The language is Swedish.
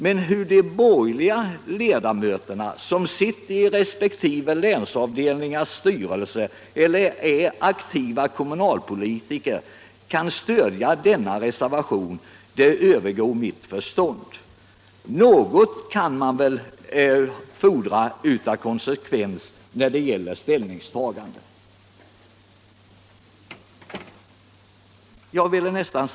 Men hur de borgerliga ledamöterna som sitter i resp. länsavdelningars styrelser inom Kommunförbundet eller är aktiva kommunalpolitiker kan stödja reservationen vid utskottsbetänkandet övergår mitt förstånd. Någon konsekvens i ställningstagandena kan man väl ändå fordra!